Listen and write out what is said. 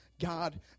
God